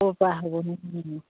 পৰা হ'ব